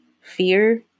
fear